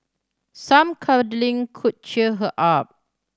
some cuddling could cheer her up